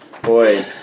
Boy